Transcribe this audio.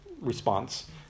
response